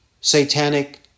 satanic